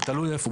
תלוי איפה.